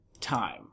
time